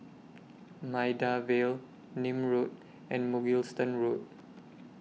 Maida Vale Nim Road and Mugliston Road